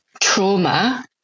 trauma